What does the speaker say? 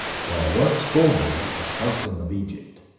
there was formerly a sultan of egypt,